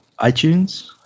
iTunes